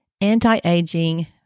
anti-aging